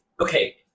okay